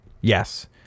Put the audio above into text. Yes